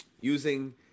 using